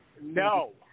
no